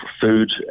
food